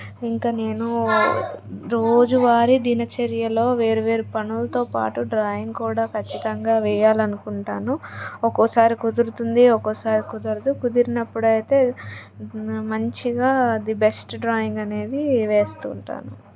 ఇంక నేను రోజువారి దినచర్యలో వేరువేరు పనులతో పాటు డ్రాయింగ్ కూడా ఖచ్చితంగా వేయాలి అనుకుంటాను ఒక్కోసారి కుదురుతుంది ఒక్కోసారి కుదరదు కుదిరినప్పుడయితే మంచిగా ది బెస్ట్ డ్రాయింగ్ అనేది వేస్తుంటాను